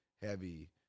heavy